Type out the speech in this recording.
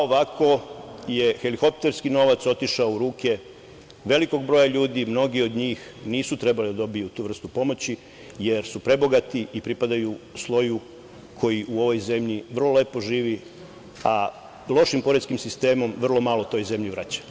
Ovako je helikopterski novac otišao u ruke velikog broja ljudi, a mnogi od njih nisu trebali da dobiju tu vrstu pomoći jer su prebogati i pripadaju sloju koji u ovoj zemlji vrlo lepo živi, a lošim poreskim sistemom vrlo malo toj zemlji vraćaju.